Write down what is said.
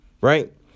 right